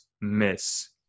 miss